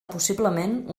possiblement